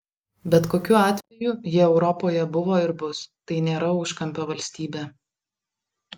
bet kokiu atveju jie europoje buvo ir bus tai nėra užkampio valstybė